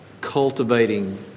cultivating